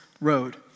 road